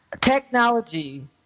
Technology